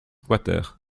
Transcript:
quater